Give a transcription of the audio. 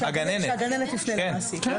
הגננת תפנה למעסיק.